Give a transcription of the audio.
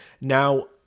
Now